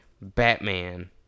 Batman